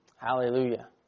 Hallelujah